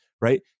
right